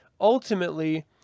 ultimately